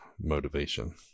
motivation